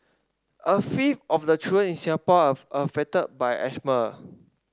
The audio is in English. a fifth of the children in Singapore are affected by asthma